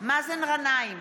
מאזן גנאים,